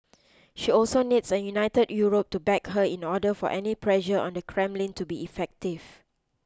she also needs a united Europe to back her in order for any pressure on the Kremlin to be effective